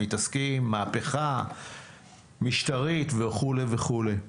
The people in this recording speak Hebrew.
הם מתעסקים במהפכה המשטרית וכו' וכו'.